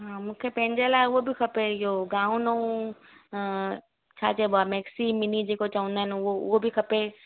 मूंखे पंहिंजे लाइ उहो बि खपे इहो गाउन ऐं छा चइबो आहे मेक्सी मिनी जेको चवंदा आहिनि उहो उहो बि खपे